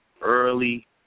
early